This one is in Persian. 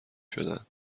شدند